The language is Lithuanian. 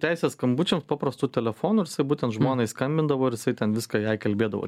teisę skambučiam paprastu telefonu būtent žmonai skambindavo ir ten viską jai kalbėdavo